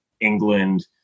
England